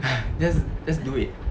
just just do it